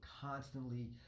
constantly